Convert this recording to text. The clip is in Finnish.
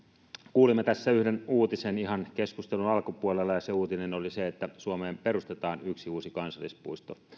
kuulimme tässä yhden uutisen ihan keskustelun alkupuolella uutinen oli se että suomeen perustetaan yksi uusi kansallispuisto